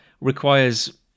requires